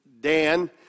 Dan